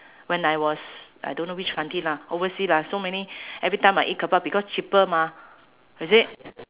when I was I don't know which country lah oversea lah so many every time I eat kebab because cheaper mah is it